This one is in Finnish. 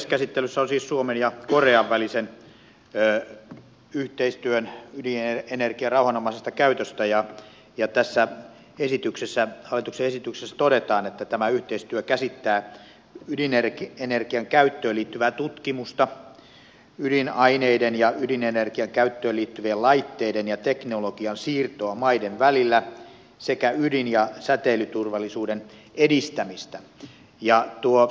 käsittelyssä on siis suomen ja korean välinen yhteistyö ydinenergian rauhanomaisessa käytössä ja tässä hallituksen esityksessä todetaan että tämä yhteistyö käsittää ydinenergian käyttöön liittyvää tutkimusta ydinaineiden ja ydinenergian käyttöön liittyvien laitteiden ja teknologian siirtoa maiden välillä sekä ydin ja säteilyturvallisuuden edistämistä